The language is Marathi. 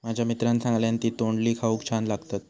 माझ्या मित्रान सांगल्यान की तोंडली खाऊक छान लागतत